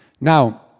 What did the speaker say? Now